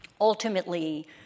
ultimately